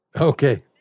Okay